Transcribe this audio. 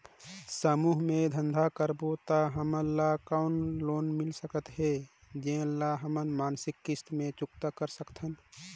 समूह मे धंधा करबो त हमन ल कौन लोन मिल सकत हे, जेन ल हमन मासिक किस्त मे चुकता कर सकथन?